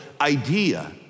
idea